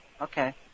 Okay